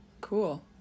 cool